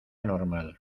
normal